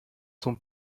sont